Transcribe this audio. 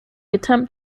attempt